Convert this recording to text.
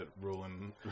ruling